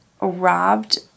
robbed